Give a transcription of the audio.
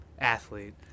Athlete